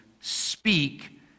speak